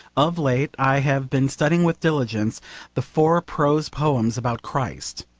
of late i have been studying with diligence the four prose poems about christ.